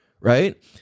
Right